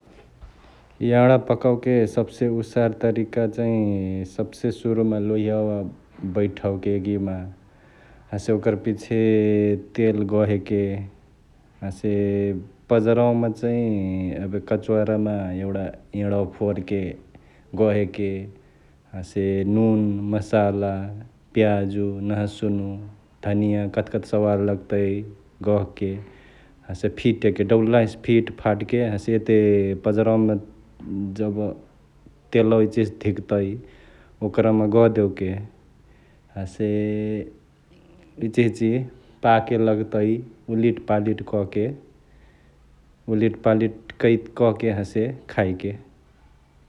यांणा पकओके सबसे उसार तरिका चैं सबसे सुरुमा लोहियावा बैठाओके यगियामा हसे ओकर पिछे तेल गहेके हसे पजरवामा चैं एबे कच्वारामा एगुडा यांणवा फोरके गहेके । हसे नुन, मसाला ,प्याजु, नहसुन्, धनीय कथिकथी सवाद लगतै गहके हसे फिट्टेके डौलाहिंसे फिट्फाटके हसे एते पजरावामा जब तेलवा इचिहिच धिकतइ, ओकरमा गहदेवेके हसे इचिहिची पाके लगतई उलिटपालिट कके । उलिटपलिट कके हसे खाइके ।